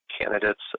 candidates